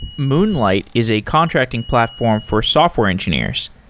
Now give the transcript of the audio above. moonlight is a contracting platform for software engineers.